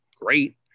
great